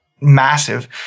massive